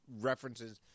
references